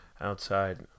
outside